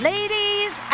Ladies